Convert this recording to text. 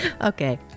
Okay